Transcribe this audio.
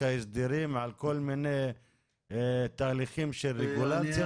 ההסדרים על כל מיני תהליכים של רגולציה.